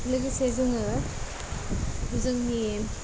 लोगोसे जोङो जोंनि